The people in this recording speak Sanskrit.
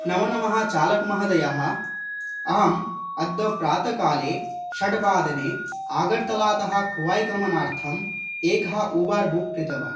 नमो नमः चालकमहोदयः अहम् अद्य प्रातःकाले षड्वादने आगर्तलातः कौवैगमनार्थम् एकः ऊबर् बुक् कृतवान्